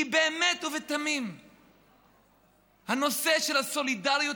כי באמת ובתמים הנושא של הסולידריות